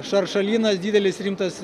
šaršalynas didelis rimtas